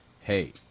hey